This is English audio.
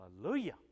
Hallelujah